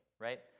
right